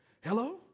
hello